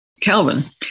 Calvin